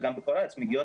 וגם בכל הארץ,